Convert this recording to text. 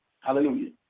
Hallelujah